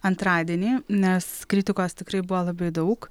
antradienį nes kritikos tikrai buvo labai daug